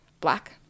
black